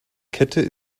kette